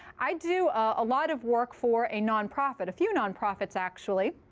i do a lot of work for a non-profit, a few non-profits, actually.